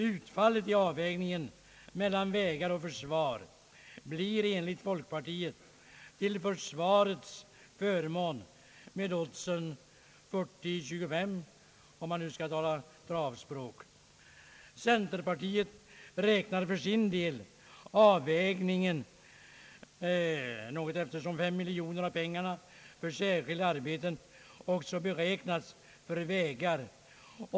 Utfallet i avvägningen mellan vägar och försvar blir enligt folkpartiets uppfattning till försvarets förmån med oddsen 40—25, om man nu skall tala travspråk. Centerpartiet räknar för sin del avvägningen något annorlunda, eftersom 5 miljoner av pengarna för särskilda arbeten också avser vägar.